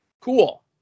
Cool